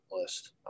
list